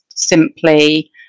simply